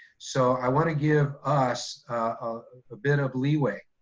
so i wanna give us a bit of leeway,